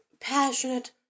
passionate